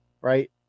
right